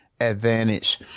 advantage